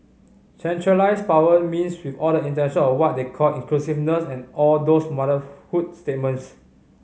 centralised power means with all the intention of what they call inclusiveness and all those motherhood statements